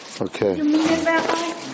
okay